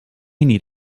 need